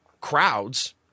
crowds